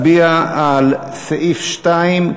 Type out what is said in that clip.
3. הנוסח המקורי של הוועדה לסעיף 1 התקבל,